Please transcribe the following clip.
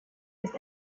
ist